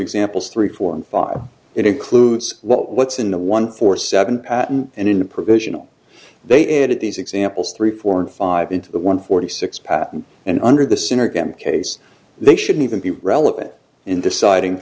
examples three four and five it includes what's in the one four seven patent and in the provisional they added these examples three four and five into the one forty six patent and under the center gamma case they should even be relevant in deciding